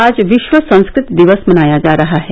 आज विश्व संस्कृत दिवस मनाया जा रहा है